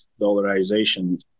dollarization